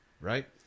right